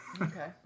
okay